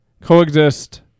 Coexist